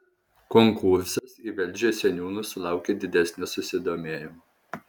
konkursas į velžio seniūnus sulaukė didesnio susidomėjimo